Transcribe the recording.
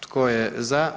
Tko je za?